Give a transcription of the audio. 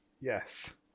Yes